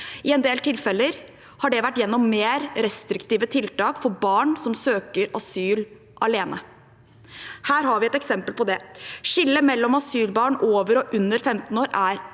I en del tilfeller har det skjedd gjennom mer restriktive tiltak for barn som søker asyl alene. Her har vi et eksempel på det: Skillet mellom asylbarn over og under 15 år er